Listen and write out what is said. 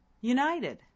united